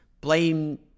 blame